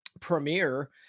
premiere